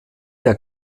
der